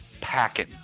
packing